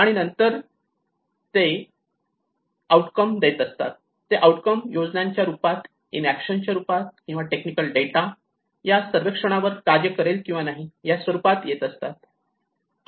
आणि नंतर अशा प्रकारे ते आउटकम देत असतात ते आउटकम योजनांच्या रूपात इनएक्शन च्या रूपात किंवा टेक्निकल डेटा या सर्वेक्षणावर कार्य करेल की नाही या रूपात येत असतात